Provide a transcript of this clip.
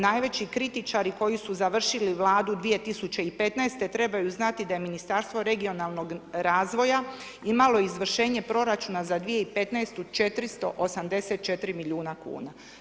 Najveći kritičari koji su završili Vladu 2015. trebaju znati da je Ministarstvo regionalnog razvoja imalo izvršenje proračuna za 2015. 484 milijuna kuna.